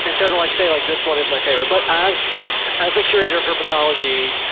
and so to like say like this one is my favorite, but as as the curator of herpetology,